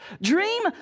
Dream